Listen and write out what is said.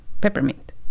peppermint